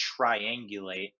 triangulate